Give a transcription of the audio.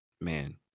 man